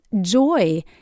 joy